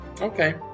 Okay